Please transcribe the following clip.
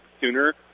sooner